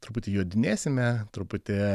truputį jodinėsime truputį